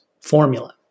formula